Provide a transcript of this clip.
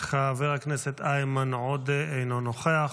חבר הכנסת איימן עודה, אינו נוכח.